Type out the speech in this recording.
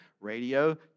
radio